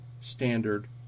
standard